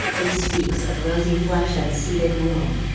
it speaks of rosy flesh and seeded womb.